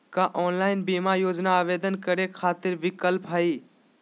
का ऑनलाइन बीमा योजना आवेदन करै खातिर विक्लप हई?